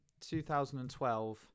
2012